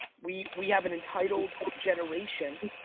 we we have an entitled generation,